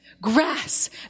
Grass